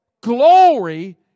Glory